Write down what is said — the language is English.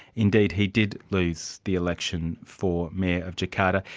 indeed, he did lose the election for mayor of jakarta.